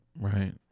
Right